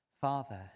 Father